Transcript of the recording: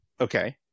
Okay